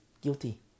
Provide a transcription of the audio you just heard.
guilty